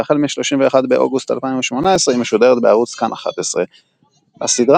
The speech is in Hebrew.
והחל מ-31 באוגוסט 2018 היא משודרת בערוץ כאן 11. הסדרה